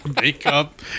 makeup